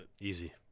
Easy